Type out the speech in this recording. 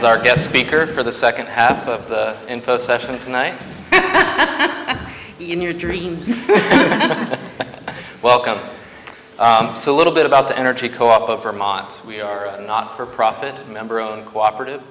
is our guest speaker for the second half of the info session tonight i'm in your dreams welcome so a little bit about the energy co op of vermont we are not for profit member own cooperat